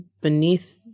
beneath